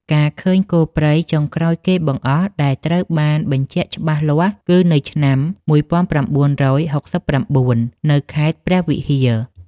ការឃើញគោព្រៃចុងក្រោយគេបង្អស់ដែលត្រូវបានបញ្ជាក់ច្បាស់លាស់គឺនៅឆ្នាំ ១៩៦៩ នៅខេត្តព្រះវិហារ។